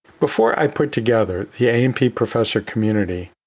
before i put together the a and p professor community,